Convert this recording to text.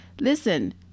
listen